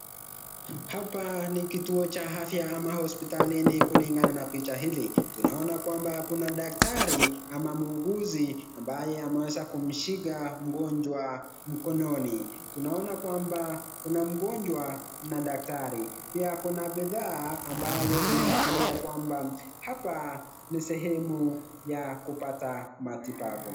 Hapa ni kituo cha afya ama hospitalini. Kuna daktari ama muuguzi ambaye ameweza kumshika mgonjwa mkononi. Kuna mgonjwa na daktari pia kuna bidhaa ambayo inaashiria ya kwamba hapa ni sehemu ya kupata matibabu.